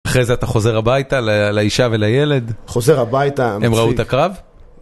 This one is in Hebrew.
אחרי זה אתה חוזר הביתה לאישה ולילד? חוזר הביתה... הם ראו את הקרב?